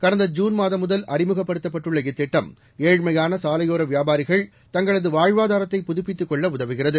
கடந்த ஜூன் மாதம் முதல் அறிமுகப்படுத்தப்பட்டுள்ள இத்திட்டம் ஏழ்மையான சாலையோர வியாபாரிகள் தங்களது வாழ்வாதாரத்தை புதுப்பித்துக் கொள்ள உதவுகிறது